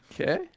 Okay